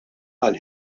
għall